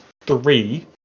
three